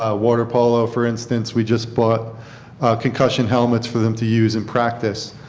ah water polo for instance we just bought concussion helmets for them to use in practice.